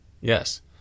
Yes